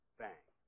bang